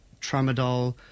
tramadol